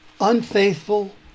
unfaithful